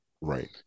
Right